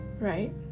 right